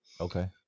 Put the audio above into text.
Okay